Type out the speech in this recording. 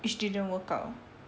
which didn't work out